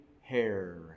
hair